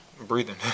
breathing